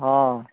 ହଁ